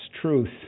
truth